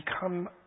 become